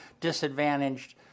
disadvantaged